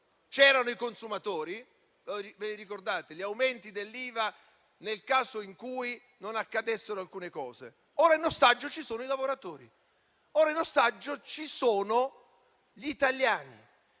c'erano i consumatori (ricordate gli aumenti dell'IVA nel caso in cui non accadessero alcune cose?), ora in ostaggio ci sono i lavoratori, ora in ostaggio ci sono gli italiani